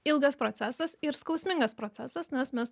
ilgas procesas ir skausmingas procesas nes mes